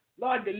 Lord